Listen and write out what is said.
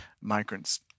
migrants